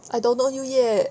I don't know you yet